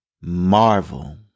Marvel